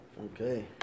Okay